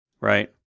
right